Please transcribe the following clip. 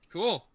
Cool